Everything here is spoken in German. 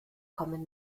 kommen